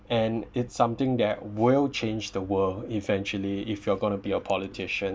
and it's something that will change the world eventually if you are going to be a politician